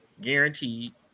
guaranteed